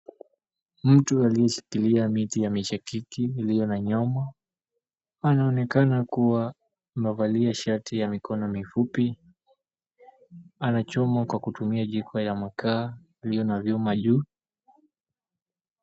Mtu aliyeshikilia miti ya mishakiki iliyo na nyama. Anaonekana kuwa amevalia shati ya mikono mifupi. Anachoma kwa kutumia jiko ya makaa iliyo na nyama juu.